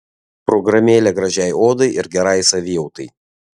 programėlė gražiai odai ir gerai savijautai